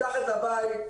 מתחת לבית,